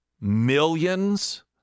millions